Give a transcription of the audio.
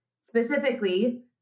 specifically